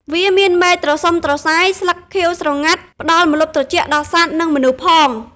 វាមានមែកត្រសុំត្រសាយ ស្លឹកខៀវស្រងាត់ ផ្តល់ម្លប់ត្រជាក់ដល់សត្វនិងមនុស្សផង។